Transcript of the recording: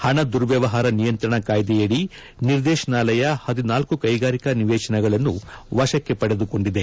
ಹಣ ದುರ್ವವ್ಯವಹಾರ ನಿಯಂತ್ರಣ ಕಾಯ್ದೆಯಡಿ ನಿರ್ದೇಶನಾಲಯ ಹದಿನಾಲ್ಲು ಕೈಗಾರಿಕಾ ನಿವೇಶನಗಳನ್ನು ವಶಕ್ಕೆ ಪಡೆದುಕೊಂಡಿದೆ